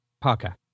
parker